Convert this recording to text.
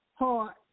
heart